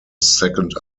second